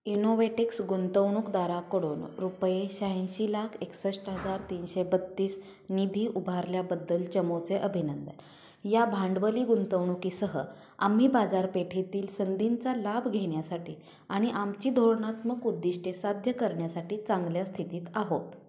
Innovatex गुंतवणूकदाराकडून रुपये शहाऐंशी लाख एकसष्ट हजार तीनशे बत्तीस निधी उभारल्याबद्दल चमूचे अभिनंदन या भांडवली गुंतवणुकीसह आम्ही बाजारपेठेतील संधींचा लाभ घेण्यासाठी आणि आमची धोरणात्मक उद्दिष्टे साध्य करण्यासाठी चांगल्या स्थितीत आहोत